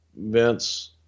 Vince